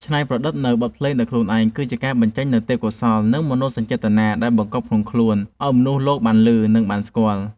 ច្នៃប្រឌិតនូវបទភ្លេងថ្មីៗដោយខ្លួនឯងគឺជាការបញ្ចេញនូវទេពកោសល្យ និងមនោសញ្ចេតនាដែលបង្កប់ក្នុងខ្លួនឱ្យមនុស្សលោកបានឮ និងបានស្គាល់។